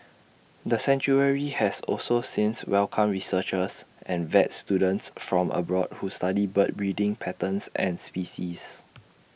the sanctuary has also since welcomed researchers and vet students from abroad who study bird breeding patterns and species